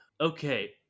okay